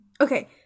okay